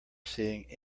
seeing